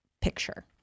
picture